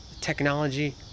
technology